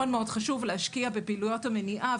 מאוד חשוב להשקיע בפעולות המניעה,